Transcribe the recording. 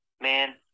man